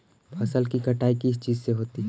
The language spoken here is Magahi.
फसल की कटाई किस चीज से होती है?